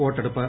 വോട്ടെടുപ്പ്